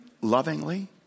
lovingly